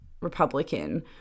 Republican